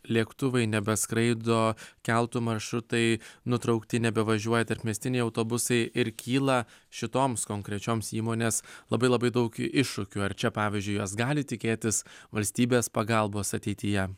lėktuvai nebeskraido keltų maršrutai nutraukti nebevažiuoja tarpmiestiniai autobusai ir kyla šitoms konkrečioms įmonės labai labai daug iššūkių ar čia pavyzdžiui jos gali tikėtis valstybės pagalbos ateityje